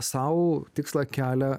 sau tikslą kelia